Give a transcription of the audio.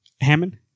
hammond